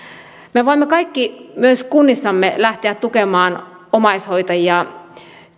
me voimme kaikki myös kunnissamme lähteä tukemaan omaishoitajia